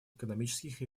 экономических